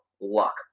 luck